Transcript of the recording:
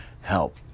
HELP